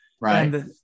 right